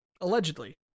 Allegedly